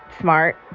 smart